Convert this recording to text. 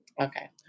Okay